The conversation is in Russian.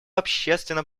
общественно